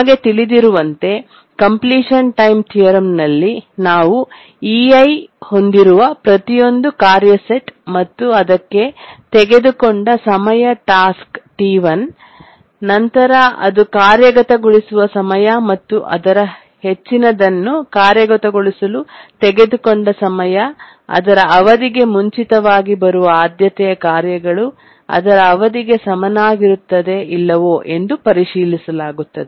ನಮಗೆ ತಿಳಿದಿರುವಂತೆ completion time ಥಿಯರಂನಲ್ಲಿ ನಾವು Ei ಹೊಂದಿರುವ ಪ್ರತಿಯೊಂದು ಕಾರ್ಯ ಸೆಟ್ ಮತ್ತು ಅದಕ್ಕೆ ತೆಗೆದುಕೊಂಡ ಸಮಯ ಟಾಸ್ಕ್ T1 ನಂತರ ಅದು ಕಾರ್ಯಗತಗೊಳಿಸುವ ಸಮಯ ಮತ್ತು ಅದರ ಹೆಚ್ಚಿನದನ್ನು ಕಾರ್ಯಗತಗೊಳಿಸಲು ತೆಗೆದುಕೊಂಡ ಸಮಯ ಅದರ ಅವಧಿಗೆ ಮುಂಚಿತವಾಗಿ ಬರುವ ಆದ್ಯತೆಯ ಕಾರ್ಯಗಳು ಅದರ ಅವಧಿಗೆ ಸಮನಾಗಿರುತ್ತದೆ ಇಲ್ಲವೋ ಎಂದು ಪರಿಶೀಲಿಸಲಾಗುತ್ತದೆ